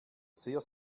sehr